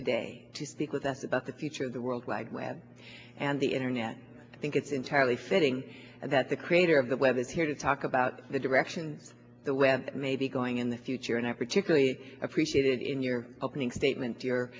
today to speak with us about the future of the world wide web and the internet i think it's entirely fitting that creator of the web is here to talk about the direction the wind may be going in the future and i particularly appreciated in your opening statement to your